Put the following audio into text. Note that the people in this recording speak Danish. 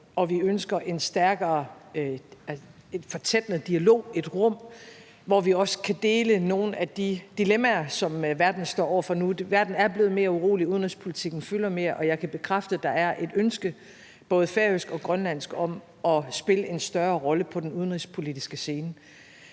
og vi ønsker en fortættende dialog, et rum, hvor vi også kan dele nogle af de dilemmaer, som verden står over for nu. Verden er blevet mere urolig, udenrigspolitikken fylder mere, og jeg kan bekræfte, at der er et ønske fra både færøsk og grønlandsk side om at spille en større rolle på den udenrigspolitiske scene.